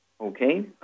Okay